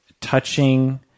touching